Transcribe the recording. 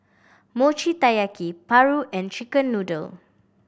Mochi Taiyaki paru and chicken noodle